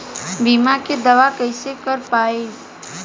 बीमा के दावा कईसे कर पाएम?